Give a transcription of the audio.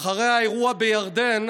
אחרי האירוע בירדן